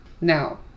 Now